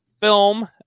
film